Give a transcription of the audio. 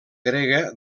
grega